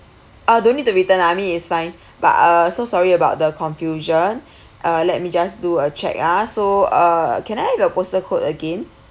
ah don't need to return lah I mean is fine but uh so sorry about the confusion uh let me just do a check a'ah so uh can I have your postal code again